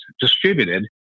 distributed